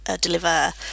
deliver